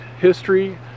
History